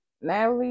Natalie